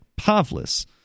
Pavlis